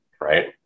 Right